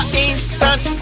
instant